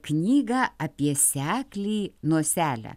knygą apie seklį noselę